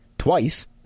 twice